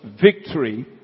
victory